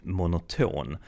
monoton